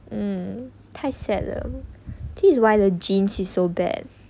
嗯太 sad liao this is why the genes is so bad